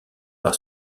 par